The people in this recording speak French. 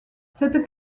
cette